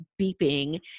beeping